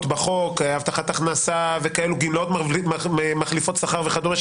בחוק: הבטחת הכנסה וגמלאות מחליפות שכר וכדומה,